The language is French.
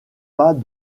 pas